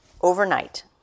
overnight